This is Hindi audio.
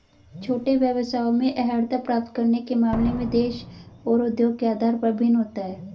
छोटे व्यवसायों में अर्हता प्राप्त करने के मामले में देश और उद्योग के आधार पर भिन्न होता है